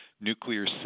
nuclear